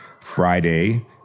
Friday